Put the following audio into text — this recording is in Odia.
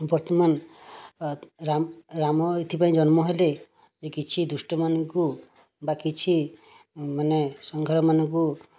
ବର୍ତ୍ତମାନ ରାମ ରାମ ଏଇଥିପାଇଁ ଜନ୍ମ ହେଲେ ଯେ କିଛି ଦୁଷ୍ଟମାନଙ୍କୁ ବା କିଛି ମାନେ ସଂଘାରମାନଙ୍କୁ